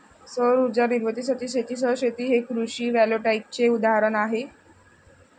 सौर उर्जा निर्मितीसाठी शेतीसह शेती हे कृषी व्होल्टेईकचे उदाहरण आहे